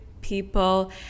people